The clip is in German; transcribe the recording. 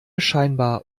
scheinbar